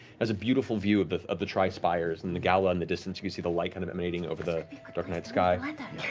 has a beautiful view of the of the tri-spires and the gala in and the distance. you can see the light kind of emanating over the dark night sky.